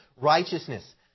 righteousness